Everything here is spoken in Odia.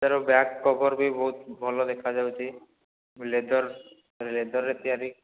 ତାର ବ୍ୟାକ୍ କଭର୍ ବି ବହୁତ ଭଲ ଦେଖାଯାଉଛି ଲେଦର୍ ଲେଦରରେ ତିଆରି